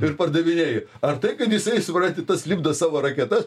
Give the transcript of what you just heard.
ir pardavinėji ar tai kad jisai supranti tas lipdo savo raketas